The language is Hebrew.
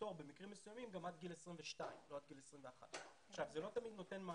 הפטור במקרים מסוימים גם עד גיל 22 ולא עד